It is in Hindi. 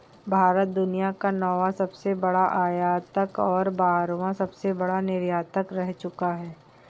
भारत दुनिया का नौवां सबसे बड़ा आयातक और बारहवां सबसे बड़ा निर्यातक रह चूका है